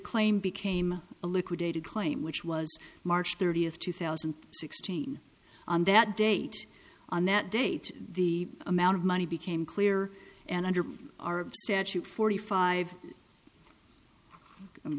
claim became a liquidated claim which was march thirtieth two thousand and sixteen on that date on that date the amount of money became clear and under our statute forty five i'm